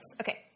Okay